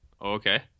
Okay